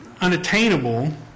unattainable